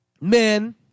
men